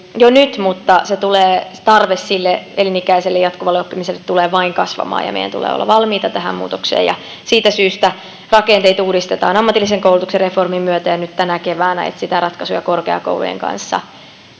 jo nyt mutta se tarve sille elinikäiselle jatkuvalle oppimiselle tulee vain kasvamaan ja meidän tulee olla valmiita tähän muutokseen siitä syystä rakenteita uudistetaan ammatillisen koulutuksen reformin myötä ja nyt tänä keväänä etsitään ratkaisuja korkeakoulujen kanssa